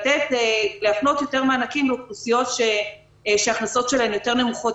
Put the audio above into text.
ולהפנות יותר מענקים לאוכלוסיות שההכנסות שלהם יותר נמוכות.